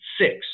six